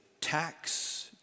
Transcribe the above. tax